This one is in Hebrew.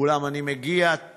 אולם אני מגיע אליה